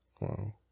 Wow